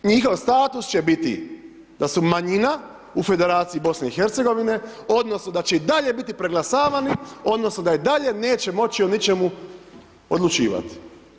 Njihov status će biti da su manjima u Federaciji BiH odnosno da će i dalje biti preglasavani odnosno da i dalje neće moći o ničemu odlučivati.